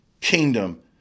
kingdom